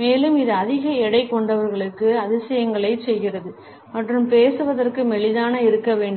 மேலும் இது அதிக எடை கொண்டவர்களுக்கு அதிசயங்களைச் செய்கிறது மற்றும் பேசுவதற்கு மெலிதாக இருக்க வேண்டும்